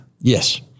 Yes